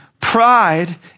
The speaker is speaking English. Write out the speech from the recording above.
pride